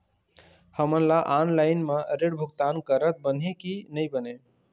हमन ला ऑनलाइन म ऋण भुगतान करत बनही की नई बने?